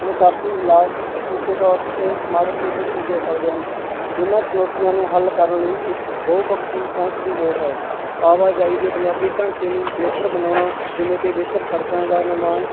ਨਾਕਾਫੀ ਇਲਾਜ ਸਮੁੱਚੇ ਤੌਰ 'ਤੇ ਮਾੜੇ ਸਿਹਤ ਨਤੀਜੇ ਹੋ ਸਕਦੇ ਹਨ ਇਹਨਾਂ ਚੁਣੌਤੀਆਂ ਨੂੰ ਹੱਲ ਕਰਨ ਲਈ ਇੱਕ ਬਹੁਪੱਖੀ ਪਹੁੰਚ ਦੀ ਲੋੜ ਹੈ ਆਵਾਜਾਈ ਦੇ ਬੁਨਿਆਦੀ ਢਾਂਚੇ ਨੂੰ ਬਿਹਤਰ ਬਣਾਉਣਾ ਜਿਵੇਂ ਕਿ ਬਿਹਤਰ ਸੜਕਾਂ ਦਾ ਨਿਰਮਾਣ